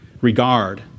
regard